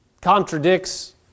contradicts